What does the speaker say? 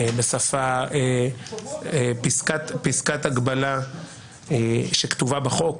פסקת הגבלה שכתובה בחוק